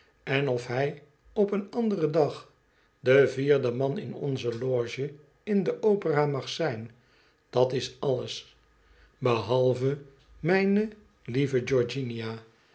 en of hij op een anderen dag de vierde man in onze loge in de opera mag zijn dat is alles behalve mijne lieve